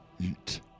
eat